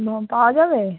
ও পাওয়া যাবে